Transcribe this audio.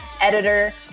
editor